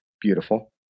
beautiful